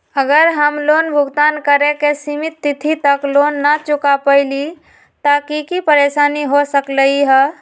अगर हम लोन भुगतान करे के सिमित तिथि तक लोन न चुका पईली त की की परेशानी हो सकलई ह?